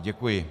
Děkuji.